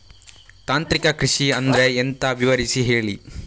ತಾಂತ್ರಿಕ ಕೃಷಿ ಅಂದ್ರೆ ಎಂತ ವಿವರಿಸಿ ಹೇಳಿ